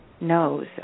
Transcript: knows